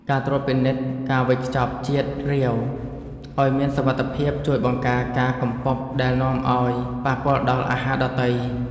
ការត្រួតពិនិត្យការវេចខ្ចប់ជាតិរាវឱ្យមានសុវត្ថិភាពជួយបង្ការការកំពប់ដែលនាំឱ្យប៉ះពាល់ដល់អាហារដទៃ។